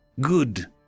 Good